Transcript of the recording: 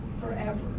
forever